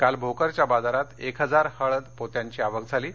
काल भोकरच्या बाजारात एक हजार हळद पोत्यांची आवक झाली आहे